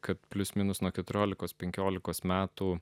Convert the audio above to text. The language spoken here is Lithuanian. kad plius minus nuo keturiolikos penkiolikos metų